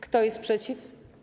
Kto jest przeciw?